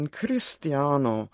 cristiano